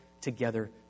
together